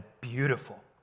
beautiful